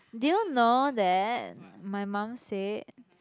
do you know that my mum said